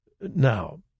Now